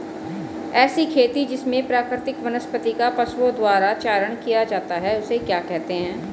ऐसी खेती जिसमें प्राकृतिक वनस्पति का पशुओं द्वारा चारण किया जाता है उसे क्या कहते हैं?